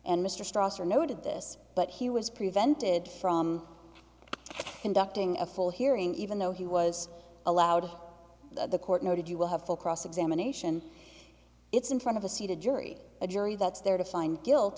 this but he was prevented from conducting a full hearing even though he was allowed the court noted you will have full cross examination it's in front of a seat a jury a jury that's there to find guilt